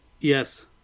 yes